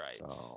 Right